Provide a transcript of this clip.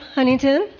Huntington